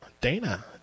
Dana